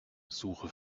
suche